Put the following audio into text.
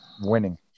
winning